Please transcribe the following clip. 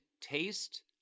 taste